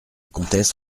comtesse